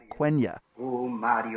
Quenya